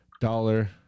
dollar